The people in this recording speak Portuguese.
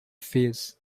fez